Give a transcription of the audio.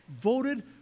voted